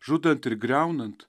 žudant ir griaunant